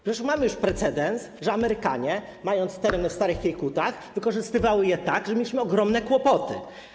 Przecież mamy już precedens, że Amerykanie, mając tereny w Starych Kiejkutach, wykorzystywali je tak, że mieliśmy ogromne kłopoty.